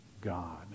God